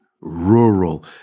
rural